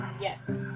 Yes